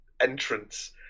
entrance